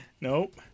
Nope